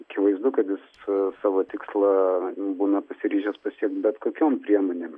akivaizdu kad jis savo tikslą būna pasiryžęs pasiekt bet kokiom priemonėm